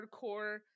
hardcore